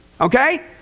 Okay